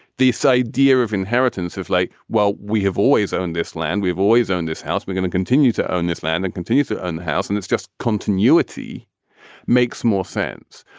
this idea of inheritance of like, well, we have always owned this land. we've always owned this house. we're going to continue to own this land and continue to own the house. and it's just continuity makes more sense.